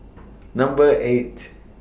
Number eight